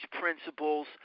principles